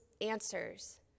answers